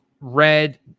red